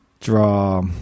draw